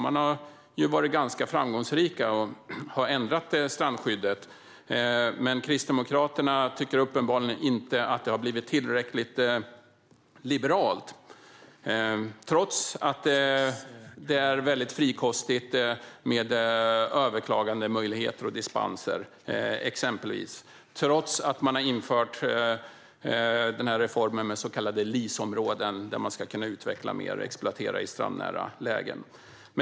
Man har varit ganska framgångsrik och har ändrat strandskyddet, men Kristdemokraterna tycker uppenbarligen inte att det har blivit tillräckligt liberalt - trots att det finns frikostigt med exempelvis överklagandemöjligheter och dispenser och trots att man har infört reformen med så kallade LIS-områden, där man ska kunna utveckla och exploatera mer i strandnära lägen.